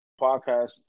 podcast